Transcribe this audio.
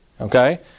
Okay